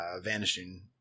vanishing